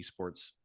esports